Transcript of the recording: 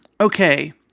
okay